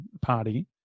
party